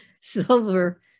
silver